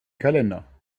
kalender